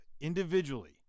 individually